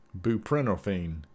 buprenorphine